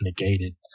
negated